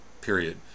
Period